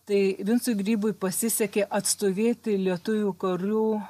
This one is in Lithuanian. tai vincui grybui pasisekė atstovėti lietuvių karių